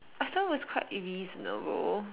I thought it was quite reasonable